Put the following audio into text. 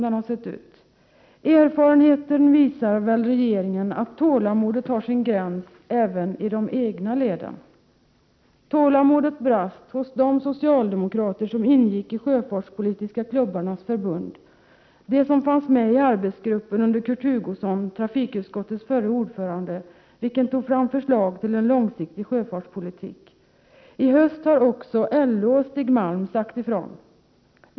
Erfarenheten visar väl regeringen att tålamodet har sin gräns även i de egna leden. Tålamodet brast hos de socialdemokrater som ingick i Sjöfartspolitiska klubbarnas förbund, de som fanns med i arbetsgruppen under Kurt Hugosson, trafikutskottets förre ordförande, vilken tog fram förslag till en långsiktig sjöfartspolitik. I höst har också LO och Stig Malm sagt ifrån.